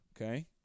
Okay